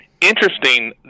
Interesting